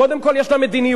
קודם כול יש לה מדיניות,